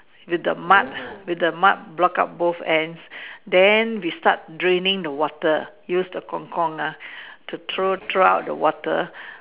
with the mud with the mud block out both ends then we start draining the water use the Kong Kong ah to throw throw out the water